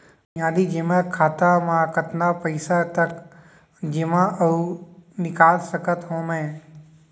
बुनियादी जेमा खाता म कतना पइसा तक जेमा कर अऊ निकाल सकत हो मैं?